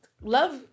love